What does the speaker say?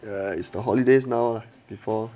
uh is the holidays now before